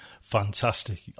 fantastic